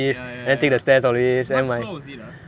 ya ya ya what floor is it ah